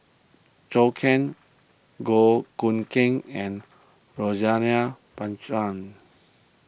Zhou Can Goh Keng and Rosaline Pang Chan